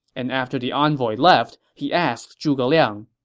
and after the envoy left, he asked zhuge liang,